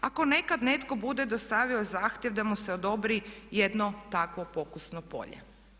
Ako nekad netko bude dostavio zahtjev da mu se odobri jedno takvo pokusno polje.